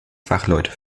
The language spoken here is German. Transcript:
fachleute